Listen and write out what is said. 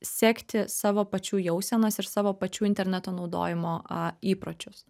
sekti savo pačių jausenos ir savo pačių interneto naudojimo a įpročius